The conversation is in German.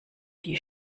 die